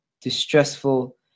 distressful